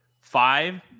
Five